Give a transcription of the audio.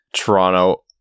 toronto